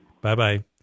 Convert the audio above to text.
Bye-bye